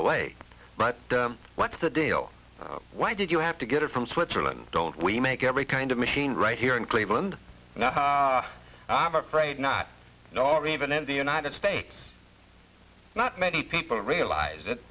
away what's the deal why did you have to get it from switzerland don't we make every kind of machine right here in cleveland i'm afraid not nor even in the united states not many people realize